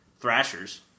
Thrashers